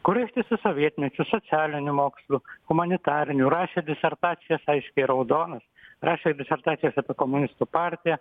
kurie ištisu sovietmečiu socialinių mokslų humanitarinių rašė disertacijas aiškiai raudonas rašė disertacijas apie komunistų partiją